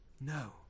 No